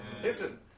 Listen